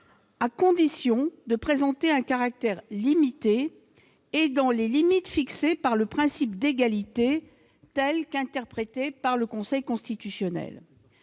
à condition de présenter un caractère restreint, dans les limites fixées par le principe d'égalité tel qu'interprété par le Conseil constitutionnel.